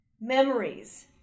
memories